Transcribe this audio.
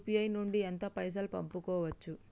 UPI నుండి ఎంత పైసల్ పంపుకోవచ్చు?